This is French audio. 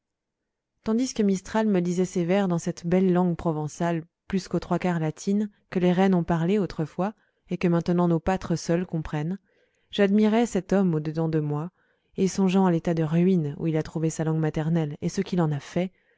tandis que mistral me disait ses vers dans cette belle langue provençale plus qu'aux trois quarts latine que les reines ont parlée autrefois et que maintenant nos pâtres seuls comprennent j'admirais cet homme au dedans de moi et songeant à l'état de ruine où il a trouvé sa langue maternelle et ce qu'il en a fait